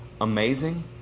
amazing